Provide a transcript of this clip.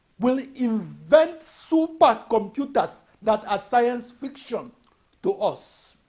will invent supercomputers that are science fiction to us.